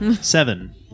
Seven